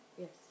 Yes